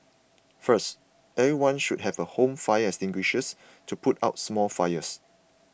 first everyone should have a home fire extinguishers to put out small fires